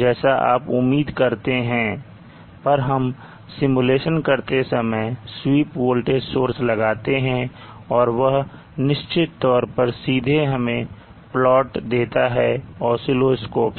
जैसा आप उम्मीद करते हैं पर हम सिमुलेशन करते समय स्वीप वोल्टेज सोर्स लगाते हैं और वह निश्चित तौर पर सीधे हमें प्लॉट देता है oscilloscope से